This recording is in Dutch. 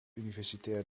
universitair